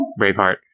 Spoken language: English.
Braveheart